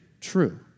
true